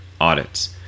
audits